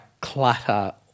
clutter